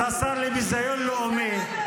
השר לביזיון לאומי,